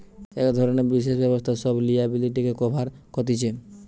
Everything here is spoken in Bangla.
এক ধরণের বিশেষ ব্যবস্থা সব লিয়াবিলিটিকে কভার কতিছে